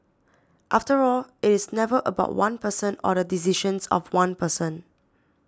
after all it is never about one person or the decisions of one person